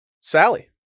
sally